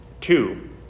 Two